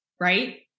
right